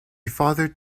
fathered